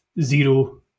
zero